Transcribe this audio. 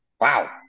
wow